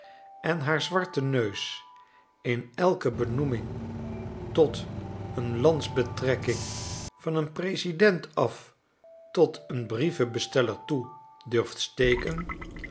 en haar zwarten neus in elke benoeming tot een landsbetrekking van een president af tot een brievenbesteller toe durft steken